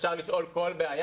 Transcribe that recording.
-- שאפשר לשאול על כל בעיה.